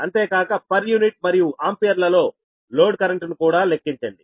అంతేకాక per unit మరియు ఆంపియర్లలో లోడ్ కరెంట్ ను కూడా లెక్కించండి